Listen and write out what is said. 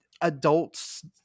adults